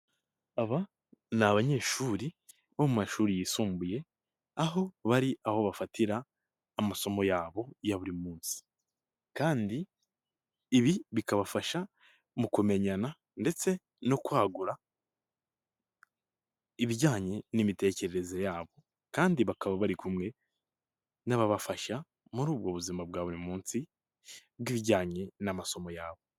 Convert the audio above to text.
Aba ni abanyeshuri bo mu mashuri yisumbuye aho bari aho bafatira amasomo yabo ya buri munsi, kandi ibi bikabafasha mu kumenyana ndetse no kwagura ibijyanye n'imitekerereze yabo kandi bakaba bari kumwe n'ababafasha muri ubu buzima bwa buri munsi bw'ibijyanye n'amasomo yabo.